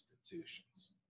institutions